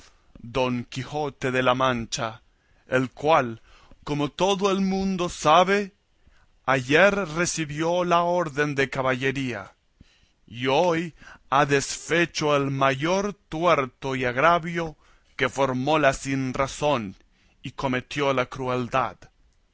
don quijote de la mancha el cual como todo el mundo sabe ayer rescibió la orden de caballería y hoy ha desfecho el mayor tuerto y agravio que formó la sinrazón y cometió la crueldad